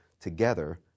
together